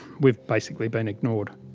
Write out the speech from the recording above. we've basically been ignored.